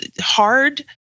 hard